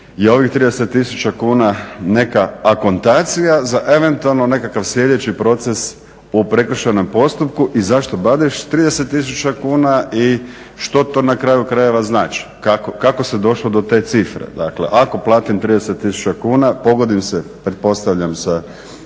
je ovih 30 tisuća kuna neka akontacija za eventualno nekakav sljedeći proces u prekršajnom postupku i zašto baš 30 tisuća kuna i što na kraju krajeva znači, kako se došlo do te cifre. Dakle ako platim 30 tisuća kuna, pogodim se pretpostavljam sa